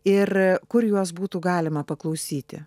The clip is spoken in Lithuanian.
ir kur juos būtų galima paklausyti